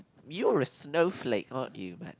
you're a snowflake aren't you man